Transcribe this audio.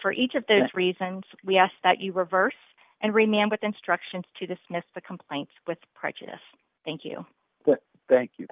for each of those reasons we asked that you reverse and remand with instructions to dismiss the complaints with prejudice thank you thank you